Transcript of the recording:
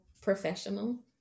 professional